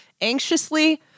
anxiously